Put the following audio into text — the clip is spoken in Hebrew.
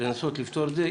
לנסות לפתור את זה.